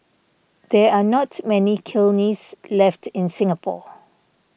there are not many kilns left in Singapore